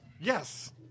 Yes